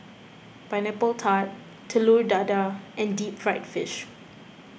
Pineapple Tart Telur Dadah and Deep Fried Fish